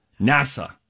NASA